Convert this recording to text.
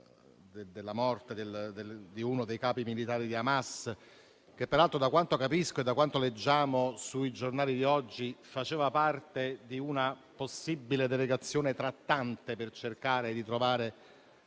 la morte di uno dei capi militari di Hamas, che, peraltro, da quanto capisco e da quanto leggiamo sui giornali di oggi, faceva parte di una possibile delegazione in una trattativa per cercare di trovare